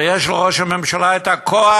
הרי יש לראש הממשלה כוח,